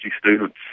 students